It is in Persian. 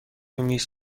میز